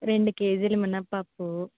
రెండు కేజీల మినప్పప్పు